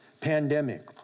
pandemic